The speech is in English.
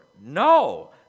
No